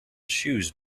shoes